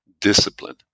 discipline